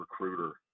recruiter